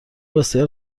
بسیار